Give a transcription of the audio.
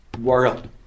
world